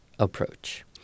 approach